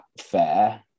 fair